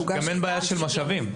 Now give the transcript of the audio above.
גם אין בעיה של משאבים,